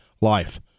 life